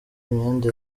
imyenda